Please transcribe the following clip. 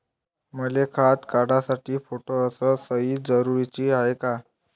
मले खातं काढासाठी फोटो अस सयी जरुरीची हाय का?